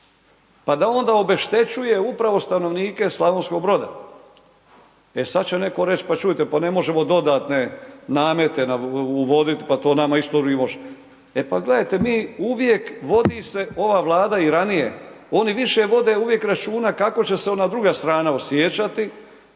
pa da onda obeštećuje upravo stanovnike Slavonskog Broda. E sada će netko reći, pa čujte, pa ne možemo dodatne namete uvoditi, pa to nama isto …/Govornik se ne razumije./… E pa gledajte, mi uvijek vodi se ova vlada i ranije, oni više vode uvijek računa, kako će se ona druga stana osjećati,